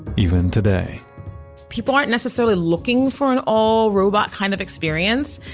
even today people aren't necessarily looking for an all robot kind of experience.